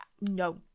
no